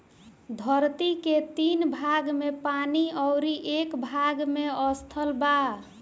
धरती के तीन भाग में पानी अउरी एक भाग में स्थल बा